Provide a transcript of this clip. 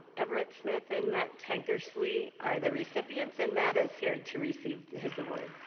everett smith and matt tankersley are the recipients, and matt is here to receive his award.